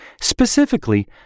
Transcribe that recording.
Specifically